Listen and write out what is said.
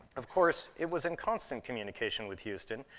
of course, it was in constant communication with houston,